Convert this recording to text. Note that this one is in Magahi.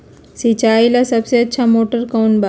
सिंचाई ला सबसे अच्छा मोटर कौन बा?